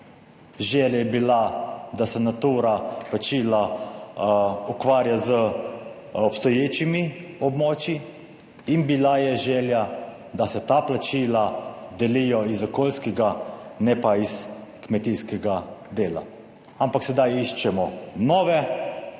želja je bila, da se Natura plačila ukvarja z obstoječimi območji in bila je želja, da se ta plačila delijo iz okoljskega ne pa iz kmetijskega dela. Ampak sedaj iščemo nove